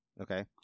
okay